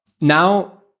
now